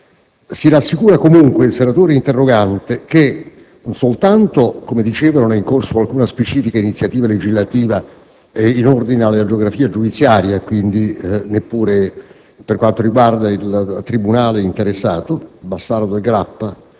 Si rassicura comunque il senatore interrogante che non soltanto - come ho detto - non è in corso alcuna specifica iniziativa legislativa in ordine alla geografia giudiziaria e quindi neppure per quanto riguarda il tribunale interessato, Bassano del Grappa,